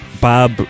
Bob